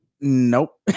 nope